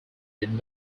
did